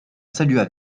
salua